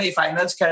finals